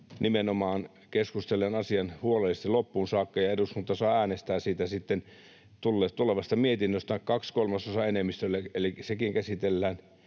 nimenomaan keskustellen asian huolellisesti loppuun saakka, ja eduskunta saa sitten äänestää siitä tulevasta mietinnöstä kahden kolmasosan enemmistöllä, elikkä sekin käsitellään